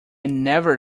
never